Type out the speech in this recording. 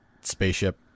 spaceship